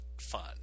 fun